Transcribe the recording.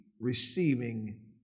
receiving